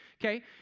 okay